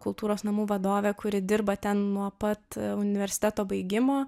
kultūros namų vadovė kuri dirba ten nuo pat universiteto baigimo